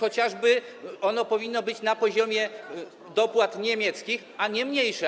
Ono powinno być chociażby na poziomie dopłat niemieckich, a nie mniejsze.